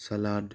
salad